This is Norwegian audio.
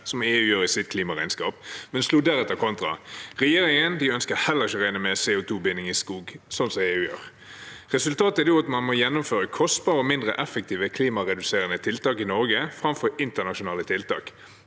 som EU gjør i sitt klimaregnskap, men slo deretter kontra. Regjeringen ønsker heller ikke å regne med CO2-binding i skog, slik som EU gjør. Resultatet er da at man må gjennomføre kostbare og mindre effektive klimareduserende tiltak i Norge, framfor internasjonale tiltak.